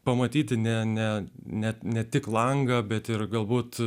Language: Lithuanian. pamatyti ne ne net ne tik langą bet ir galbūt